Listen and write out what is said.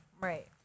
Right